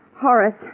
Horace